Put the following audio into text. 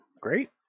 great